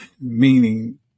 meaning